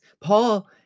Paul